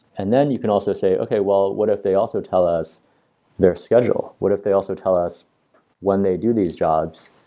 and then you can also say, okay well what if they also tell us their schedule? what if they also tell us when they do these jobs?